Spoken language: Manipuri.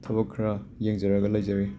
ꯊꯕꯛ ꯈꯔ ꯌꯦꯡꯖꯔꯒ ꯂꯩꯖꯔꯤ